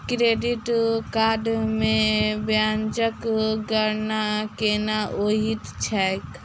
credit card मे ब्याजक गणना केना होइत छैक